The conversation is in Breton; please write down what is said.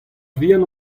vihan